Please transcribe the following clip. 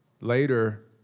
Later